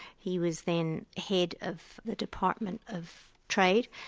he was then head of the department of trade,